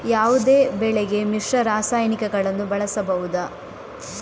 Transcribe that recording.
ಯಾವುದೇ ಬೆಳೆಗೆ ಮಿಶ್ರ ರಾಸಾಯನಿಕಗಳನ್ನು ಬಳಸಬಹುದಾ?